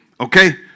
Okay